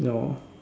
no